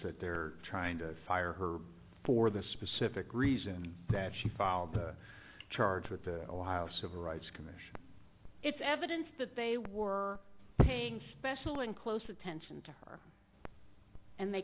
that they're trying to fire her for the specific reason that she filed the charge with the ohio civil rights commission it's evidence that they were paying special and close attention to her and they